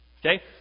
Okay